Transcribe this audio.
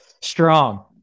strong